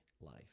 life